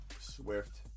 swift